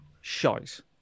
shite